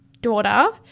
daughter